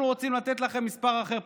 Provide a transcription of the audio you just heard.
אנחנו רוצים לתת לכם מספר אחר,